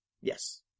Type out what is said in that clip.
Yes